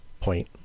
point